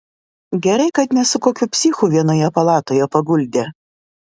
gerai kad ne su kokiu psichu vienoje palatoje paguldė